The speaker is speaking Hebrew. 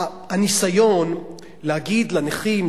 הניסיון להגיד לנכים,